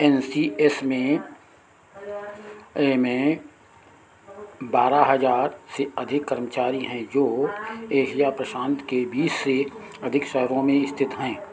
N C S में एमें बारह हज़ार से अधिक कर्मचारी हैं जो एशिया प्रशांत के बीस से अधिक शहरों में स्थित हैं